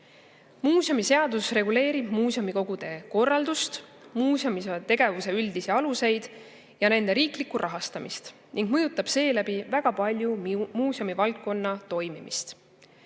Muuseumiseadus reguleerib muuseumikogude korraldust, muuseumide tegevuse üldisi aluseid ja nende riiklikku rahastamist ning mõjutab seeläbi väga palju muuseumivaldkonna toimimist.